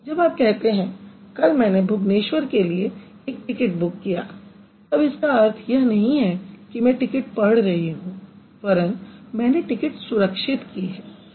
जब आप कहते हैं कल मैंने भुभ्नेश्वर के लिए एक टिकिट बुक किया तब इसका अर्थ यह नहीं है कि मैं टिकिट पढ़ रही हूँ वरन मैंने टिकिट सुरक्षित की है